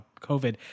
COVID